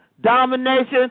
domination